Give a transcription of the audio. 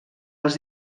els